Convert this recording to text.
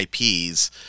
IPs